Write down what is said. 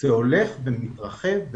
זה הולך ומתרחב,